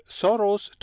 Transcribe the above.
sorrow's